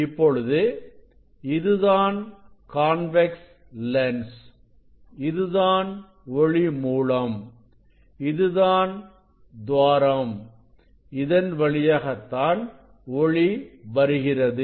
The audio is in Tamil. இப்பொழுது இதுதான் கான்வெக்ஸ் லென்ஸ் இதுதான் ஒளி மூலம் இதுதான் துவாரம் இதன் வழியாகத்தான் ஒளி வருகிறது